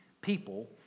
people